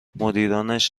مدیرانش